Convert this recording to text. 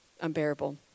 unbearable